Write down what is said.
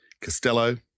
Costello